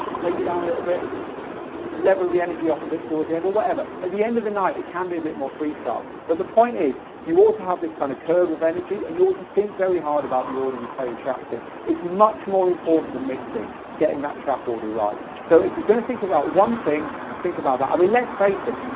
take it down a little bit and just level the energy off a bit towards the end or whatever. at the end of the night, it can be a bit more freestyle but the point is you ought to have this kind of curve of energy and you ought to think very hard about the order you play the tracks in. it's much more important than mixing, getting that track order right. so if you're going to think about one thing, think about that. i mean let's face it,